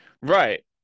right